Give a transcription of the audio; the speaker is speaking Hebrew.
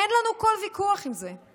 אין לנו כל ויכוח עם זה.